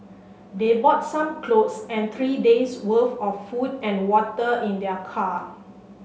they bought some clothes and three days' worth of food and water in their car